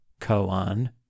koan